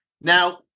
Now